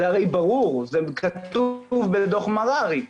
זה הרי ברור, זה כתוב בדו"ח מררי.